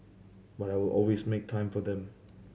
but I will always make time for them